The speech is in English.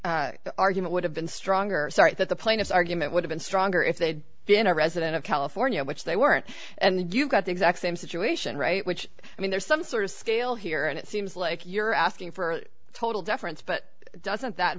defendants the argument would have been stronger start that the plaintiffs argument would have been stronger if they'd been a resident of california which they weren't and you got the exact same situation right which i mean there's some sort of scale here and it seems like you're asking for total deference but doesn't that